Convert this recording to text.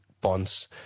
bonds